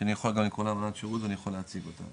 שאני יכול גם לקרוא לה אמנת שירות ואני יכול להציג אותה,